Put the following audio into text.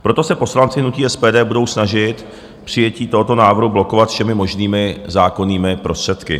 Proto se poslanci hnutí SPD budou snažit přijetí tohoto návrhu blokovat všemi možnými zákonnými prostředky.